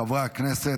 חברי הכנסת,